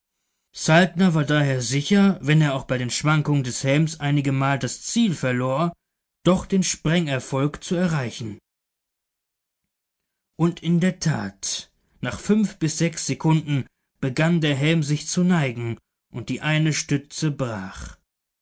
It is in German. saltner war daher sicher wenn er auch bei den schwankungen des helms einigemal das ziel verlor doch den sprengerfolg zu erreichen und in der tat nach fünf bis sechs sekunden begann der helm sich zu neigen und die eine stütze brach